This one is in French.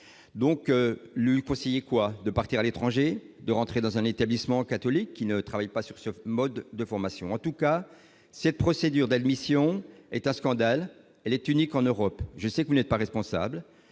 donc le conseiller quoi, de partir à l'étranger de rentrer dans un établissement catholique qui ne travaillent pas sûr sauf mode de formation, en tout cas cette procédure d'admission est un scandale, elle est unique en Europe, je sais que vous n'êtes pas responsable